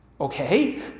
Okay